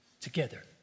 Together